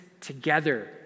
together